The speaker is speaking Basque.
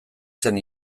zen